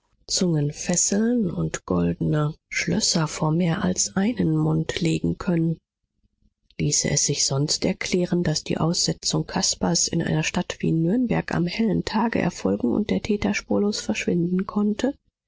zungen fesseln und goldene schlösser vor mehr als einen mund legen können ließe es sich sonst erklären daß die aussetzung caspars in einer stadt wie nürnberg am hellen tage erfolgen und der täter spurlos verschwinden konnte